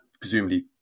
presumably